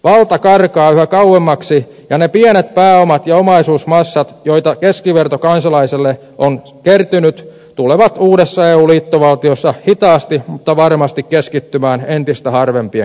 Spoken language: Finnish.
valta karkaa yhä kauemmaksi ja ne pienet pääomat ja omaisuusmassat joita keskivertokansalaiselle on kertynyt tulevat uudessa eu liittovaltiossa hitaasti mutta varmasti keskittymään entistä harvempien käsiin